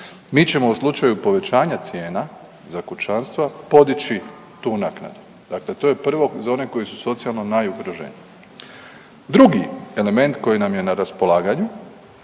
Mi ćemo u slučaju povećanja cijena za kućanstva podići tu naknadu, dakle to je prvo za one koji su socijalno najugroženiji. Drugi element koji nam je na raspolaganju